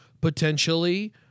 potentially